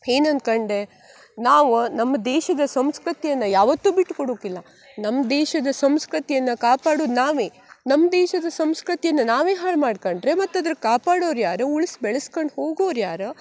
ಏನು ಅನ್ಕಂಡು ನಾವು ನಮ್ಮ ದೇಶದ ಸಂಸ್ಕೃತಿಯನ್ನು ಯಾವತ್ತೂ ಬಿಟ್ಟು ಕೊಡುಕ್ಕಿಲ್ಲ ನಮ್ಮ ದೇಶದ ಸಂಸ್ಕೃತಿಯನ್ನು ಕಾಪಾಡುದು ನಾವೇ ನಮ್ಮ ದೇಶದ ಸಂಸ್ಕೃತಿಯನ್ನು ನಾವೇ ಹಾಳು ಮಾಡ್ಕೊಂಡ್ರೆ ಮತ್ತು ಅದನ್ ಕಾಪಾಡೋರು ಯಾರು ಉಳ್ಸಿ ಬೆಳ್ಸ್ಕಂಡು ಹೋಗೋರು ಯಾರು